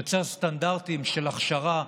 יוצר סטנדרטים של הכשרה.